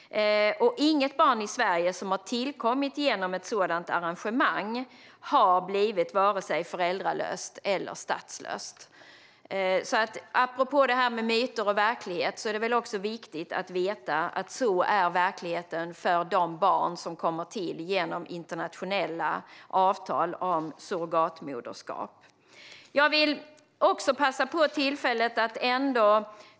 Inget barn i Sverige som har tillkommit genom ett sådant arrangemang har blivit vare sig föräldralöst eller statslöst. Apropå detta med myter och verklighet är det viktigt att veta att sådan är verkligheten för de barn som kommer till genom internationella avtal om surrogatmoderskap.